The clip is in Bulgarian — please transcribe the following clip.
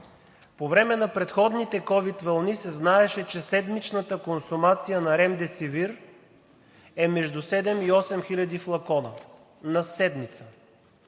По време на предходните ковид вълни се знаеше, че седмичната консумация на ремдесивир е между 7 и 8 хиляди флакона на седмица.